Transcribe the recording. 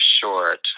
short